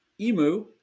emu